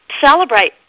celebrate